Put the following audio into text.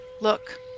Look